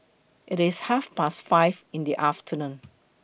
IT IS Half Past five in The afternoon